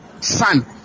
son